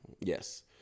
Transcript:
yes